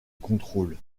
contrôle